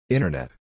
Internet